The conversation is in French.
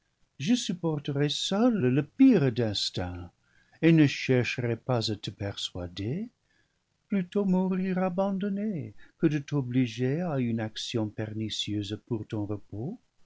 je supporterais seule le pire destin et ne cher cherais pas à te persuader plutôt mourir abandonnée que de t'obliger à une action pernicieuse pour ton repos